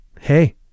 Hey